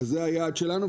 אז זה היעד שלנו,